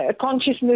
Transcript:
consciousness